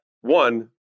one